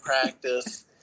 practice